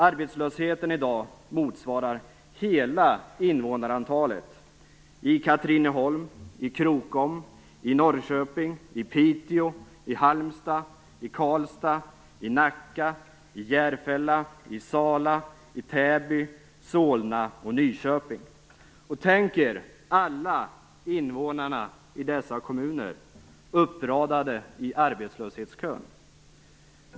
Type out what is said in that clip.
Arbetslösheten i dag motsvarar hela invånarantalet i Katrineholm, Krokom, Norrköping, Piteå, Halmstad, Karlstad, Nacka, Järfälla, Sala, Täby, Solna och Nyköping. Tänk er alla invånare i dessa kommuner uppradade i arbetslöshetskön!